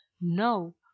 no